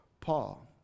Paul